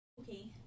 Okay